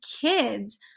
kids